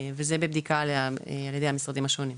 וזה בבדיקה על ידי המשרדים השונים.